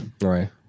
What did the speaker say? right